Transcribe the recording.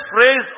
phrase